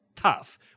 tough